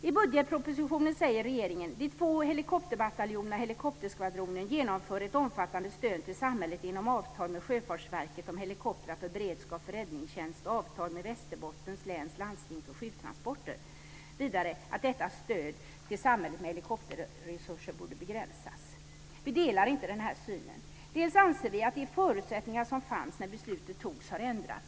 I budgetpropositionen säger regeringen: "De två helikopterbataljonerna och helikopterskvadronen genomför ett omfattande stöd till samhället inom ramen för avtalet med Sjöfartsverket om helikoptrar för beredskap för räddningstjänst och avtalet med Vidare skriver man att detta stöd till samhället med helikopterresurser bör begränsas. Vi delar inte den synen. Dels anser vi att de förutsättningar som fanns när beslutet fattades har ändrats.